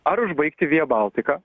ar užbaigti vija baltika